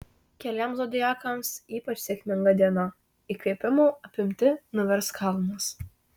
keliems zodiakams ypač sėkminga diena įkvėpimo apimti nuvers kalnus